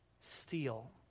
steal